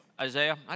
Isaiah